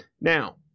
Now